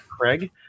Craig